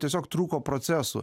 tiesiog trūko procesų